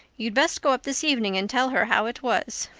you'd best go up this evening and tell her how it was.